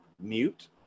mute